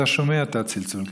אתה שומע את הצלצול, כן?